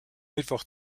mittwoch